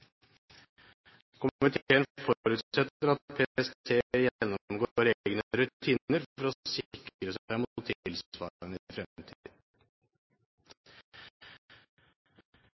Komiteen forutsetter at PST gjennomgår egne rutiner for å sikre seg